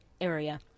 area